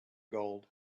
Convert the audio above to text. gold